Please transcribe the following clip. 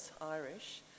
Irish